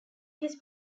his